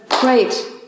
Great